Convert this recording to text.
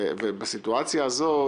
בסיטואציה הזאת